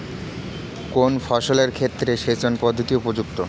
কোন ফসলের ক্ষেত্রে সেচন পদ্ধতি উপযুক্ত?